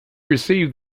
received